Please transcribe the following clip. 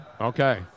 Okay